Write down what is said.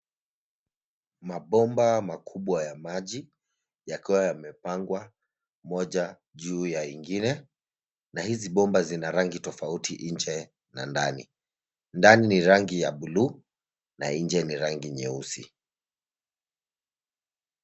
Mabomba makubwa ya maji, yakiwa yamepangwa moja juu ya ingine na hizi bomba zina rangi tofauti nje na ndani. Ndani ni rangi ya bluu na nje rangi nyeusi.